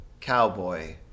cowboy